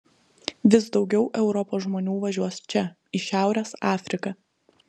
vis daugiau europos žmonių važiuos čia į šiaurės afriką